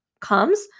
comes